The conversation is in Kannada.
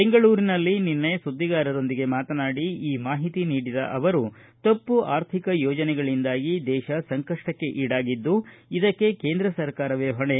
ಬೆಂಗಳೂರಿನಲ್ಲಿ ನಿನ್ನೆ ಸುದ್ದಿಗಾರರೊಂದಿಗೆ ಮಾತನಾಡಿ ಈ ಮಾಹಿತಿ ನೀಡಿದ ಅವರು ತಪ್ಪು ಆರ್ಥಿಕ ಯೋಜನೆಗಳಿಂದಾಗಿ ದೇಶ ಸಂಕಷ್ಟಕ್ಕೆ ಈಡಾಗಿದ್ದು ಇದಕ್ಕೆ ಕೇಂದ್ರ ಸರ್ಕಾರವೇ ಹೊಣೆ